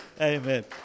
Amen